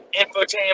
infotainment